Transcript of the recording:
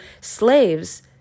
slaves